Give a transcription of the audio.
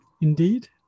indeed